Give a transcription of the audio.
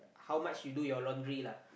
how much you do your laundry lah